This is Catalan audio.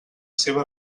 seva